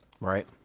right